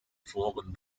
forum